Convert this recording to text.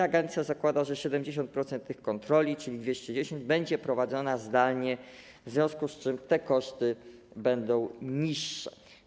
Agencja zakłada, że 70% tych kontroli, czyli 210, będzie prowadzonych zdalnie, w związku z czym koszty będą niższe.